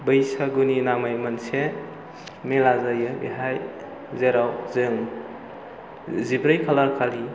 बैसागुनि नामै मोनसे मेला जायो बेहाय जेराव जों जिब्रै खालार खालि